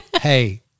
Hey